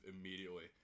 immediately